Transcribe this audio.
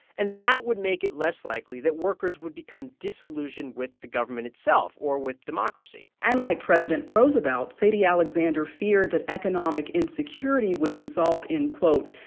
and that would make it less likely that workers would become disillusioned with the government itself or with democracy and like president roosevelt, sadie alexander feared that economic insecurity would result in, quote,